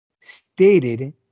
stated